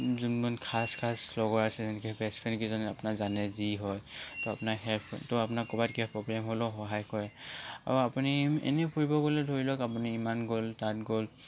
যোন যোন খাচ খাচ লগৰ আছে যেনেকৈ বেষ্টফ্ৰেণ্ডকেইজন আপোনাক জানে যি হয় তো আপোনাৰ সেই তো আপোনাৰ ক'ৰবাত কিবা প্ৰব্লেম হ'লেও সহায় কৰে আৰু আপুনি এনেই ফুৰিব গ'লে ধৰি লওক আপুনি ইমান গ'ল তাত গ'ল